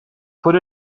put